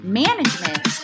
management